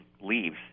leaves